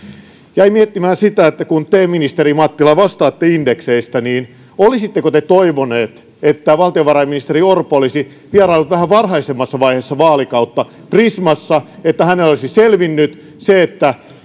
jäin miettimään sitä että kun te ministeri mattila vastaatte indekseistä niin olisitteko te toivonut että valtiovarainministeri orpo olisi vieraillut vähän varhaisemmassa vaiheessa vaalikautta prismassa niin että hänelle olisi selvinnyt se että